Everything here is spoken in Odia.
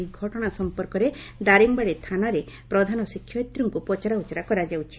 ଏହି ଘଟଣା ସଂପର୍କରେ ଦାରିଙ୍ଗିବାଡ଼ି ଥାନାରେ ପ୍ରଧାନ ଶିକ୍ଷୟିତ୍ରୀଙ୍କୁ ପଚରାଉଚରା କରାଯାଉଛି